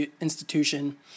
institution